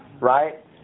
right